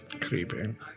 Creepy